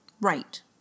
Right